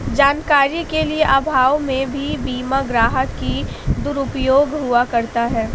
जानकारी के अभाव में भी बीमा ग्राहक का दुरुपयोग हुआ करता है